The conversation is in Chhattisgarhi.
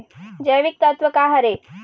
जैविकतत्व का हर ए?